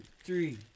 three